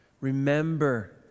remember